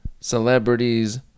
celebrities